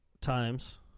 times